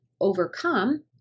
overcome